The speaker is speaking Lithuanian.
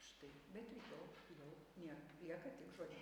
štai bet ir jo jau nėr lieka tik žodynas